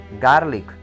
garlic